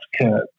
curve